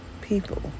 people